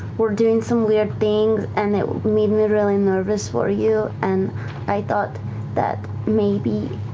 were doing some weird things, and it made me really nervous for you. and i thought that maybe,